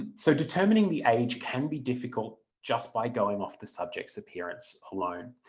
and so determining the age can be difficult just by going off the subjects' appearance alone.